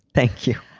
thank you.